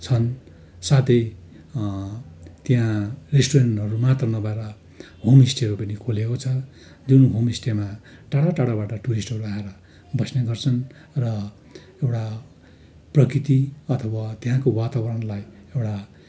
छन् साथै त्यहाँ रेस्टुरेन्टहरू मात्रै नभएर होमस्टेहरू पनि खोलेको छ जुन होमस्टेमा टाढा टाढाबाट टुरिस्टहरू आएर बस्ने गर्छन् र एउटा प्रकृति अथवा त्यहाँको वातावरणलाई एउटा